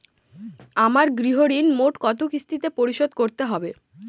আমার গৃহঋণ মোট কত কিস্তিতে পরিশোধ করতে হবে?